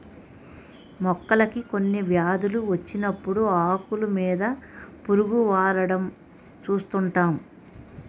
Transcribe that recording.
మొక్కలకి కొన్ని వ్యాధులు వచ్చినప్పుడు ఆకులు మీద పురుగు వాలడం చూస్తుంటాం